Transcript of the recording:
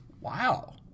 Wow